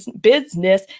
business